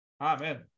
Amen